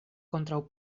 kontraŭ